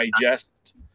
digest